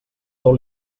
tot